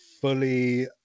fully